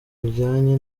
bijyanye